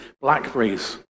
blackberries